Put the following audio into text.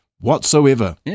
whatsoever